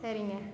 சரிங்க